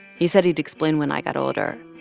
he said he'd explain when i got older.